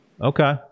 Okay